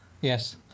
Yes